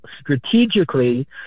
strategically